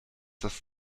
das